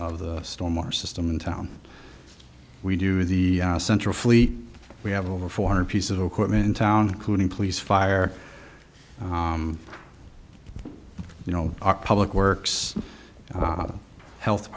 of the storm our system in town we do the central fleet we have over four hundred pieces of equipment in town kooning police fire you know our public works health